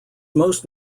most